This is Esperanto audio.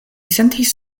sentis